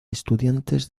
estudiantes